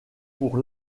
pour